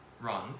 run